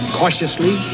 cautiously